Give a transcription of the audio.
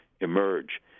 emerge